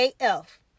AF